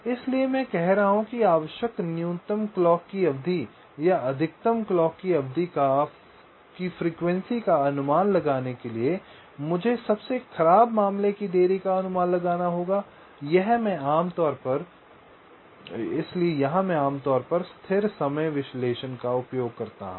इसलिए मैं कह रहा हूं कि आवश्यक न्यूनतम घड़ी की अवधि या अधिकतम घड़ी की आवृत्ति का अनुमान लगाने के लिए मुझे सबसे खराब मामले की देरी का अनुमान लगाना होगा यह मैं आमतौर पर स्थिर समय विश्लेषण का उपयोग करता हूं